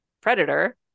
predator